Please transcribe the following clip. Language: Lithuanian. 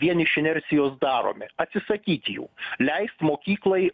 vien iš inercijos daromi atsisakyti jų leist mokyklai